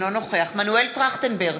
אינו נוכח מנואל טרכטנברג,